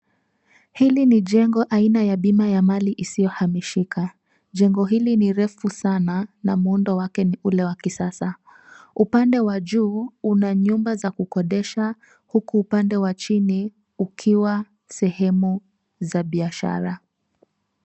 Hili ni jengo aina ya bima ya mali isiyohamishika. Jengo hili ni refu sana na muundo wake ni ule wa kisasa. Upande wa juu una nyumba za kukodesha huku upande wa chini ukiwa sehemu za biashara.